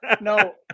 No